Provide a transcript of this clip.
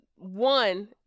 one